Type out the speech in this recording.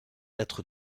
être